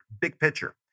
big-picture